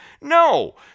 no